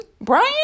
Brian